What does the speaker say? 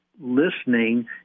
listening